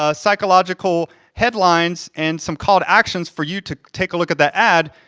ah psychological headlines and some call to actions for you to take a look at that ad,